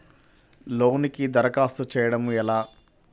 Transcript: లోనుకి దరఖాస్తు చేయడము ఎలా?